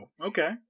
okay